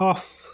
of